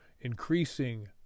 increasing